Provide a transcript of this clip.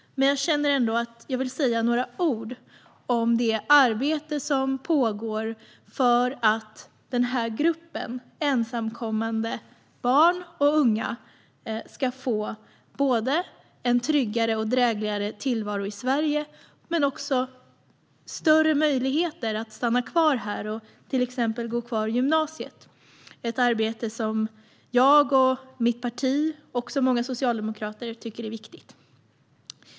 Jag känner ändå att jag vill säga några ord om det arbete som pågår för att denna grupp, ensamkommande barn och unga, ska få både en tryggare och drägligare tillvaro i Sverige och större möjligheter att stanna kvar här och till exempel gå kvar i gymnasiet. Det är ett arbete som jag och mitt parti, och även många socialdemokrater, tycker är viktigt.